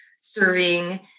serving